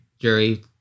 jury